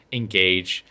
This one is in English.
engage